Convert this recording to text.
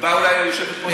תקבע אולי היושבת-ראש,